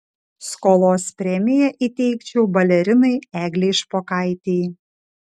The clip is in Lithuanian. skolos premiją įteikčiau balerinai eglei špokaitei